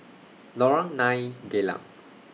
Lorong nine Geylang